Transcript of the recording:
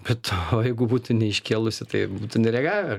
bet o jeigu būtų neiškėlusi tai būtų nereagavę